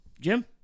Jim